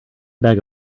bag